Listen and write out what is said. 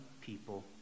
people